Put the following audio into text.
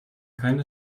keine